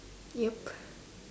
yup